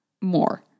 more